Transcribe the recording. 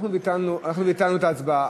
אנחנו ביטלנו את ההצבעה,